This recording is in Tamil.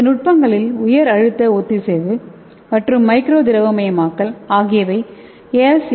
இந்த நுட்பங்களில் உயர் அழுத்த ஒத்திசைவு மற்றும் மைக்ரோ திரவமயமாக்கல் ஆகியவை எஸ்